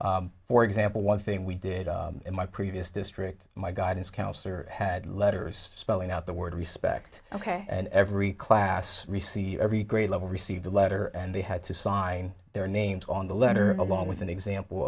em for example one thing we did in my previous district my guidance counsellor we had letters spelling out the word respect ok and every class receive every grade level received a letter and they had to sign their names on the letter along with an example